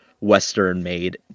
Western-made